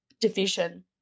division